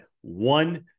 one